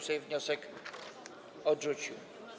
Sejm wniosek odrzucił.